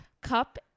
cup